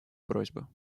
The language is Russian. просьбу